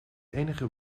enige